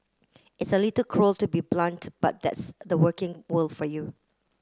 it's a little cruel to be blunt but that's the working world for you